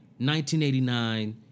1989